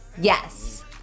Yes